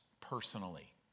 personally